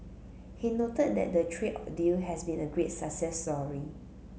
he noted that the trade deal has been a great success story